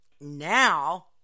Now